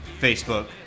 Facebook